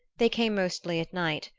they came mostly at night,